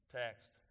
text